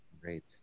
Great